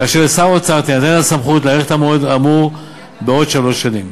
כאשר לשר האוצר תינתן הסמכות להאריך את המועד האמור בעוד שלוש שנים.